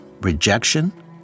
Rejection